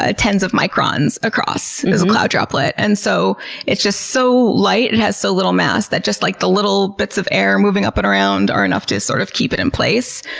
ah tens of microns across, is a cloud droplet. and so it's just so light, it has so little mass that just like the little bits of air moving up and around are enough to sort of keep it in place.